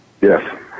Yes